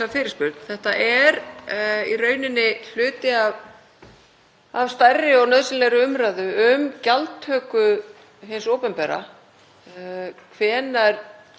Hvenær er meðalhófs gætt? Getur það virkilega verið að það kosti umsjónaraðila